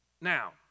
Now